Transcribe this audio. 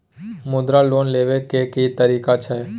मुद्रा लोन लेबै के की तरीका छै?